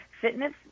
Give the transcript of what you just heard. Fitness